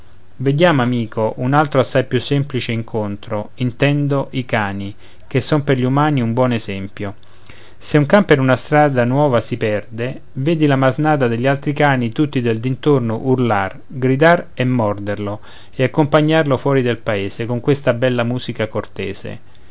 vediamo amico un altro assai più semplice incontro intendo i cani che sono per gli umani un buon esempio se un can per una strada nuova si perde vedi la masnada degli altri cani tutti del dintorno urlar gridar e morderlo e accompagnarlo fuori del paese con questa bella musica cortese